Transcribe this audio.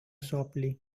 softly